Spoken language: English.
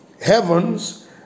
heavens